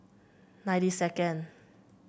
ninety second